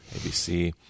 ABC